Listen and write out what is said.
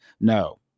No